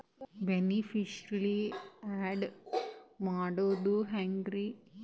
Beneficiary, add ಮಾಡೋದು ಹೆಂಗ್ರಿ?